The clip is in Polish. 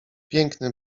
piękny